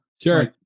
Sure